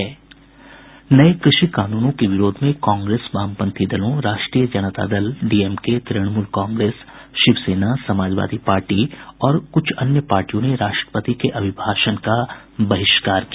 नये कृषि कानूनों के विरोध में कांग्रेस वामपंथी दलों राष्ट्रीय जनता दल डीएमके तृणमूल कांग्रेस शिव सेना समाजवादी पार्टी और कुछ अन्य पार्टियों ने राष्ट्रपति के अभिभाषण का बहिष्कार किया